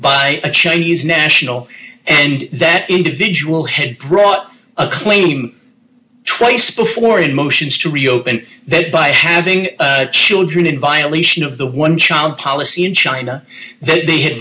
by a chinese national and that individual head brought a claim twice before in motions to reopen that by having children in violation of the one child policy in china that they had